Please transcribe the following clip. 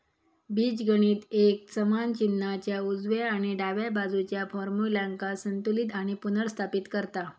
बीजगणित एक समान चिन्हाच्या उजव्या आणि डाव्या बाजुच्या फार्म्युल्यांका संतुलित आणि पुनर्स्थापित करता